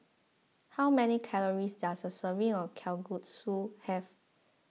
how many calories does a serving of Kalguksu have